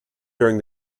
during